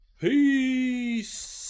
Peace